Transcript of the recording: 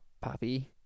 Puppy